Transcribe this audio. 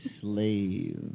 Slave